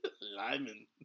Lyman